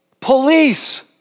police